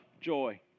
joy